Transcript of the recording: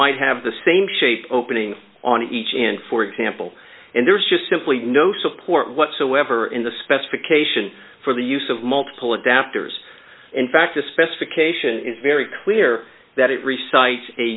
might have the same shape opening on each end for example and there's just simply no support whatsoever in the specification for the use of multiple adapters in fact a specification is very clear that